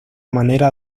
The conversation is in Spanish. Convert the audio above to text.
manera